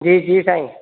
जी जी साईं